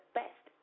best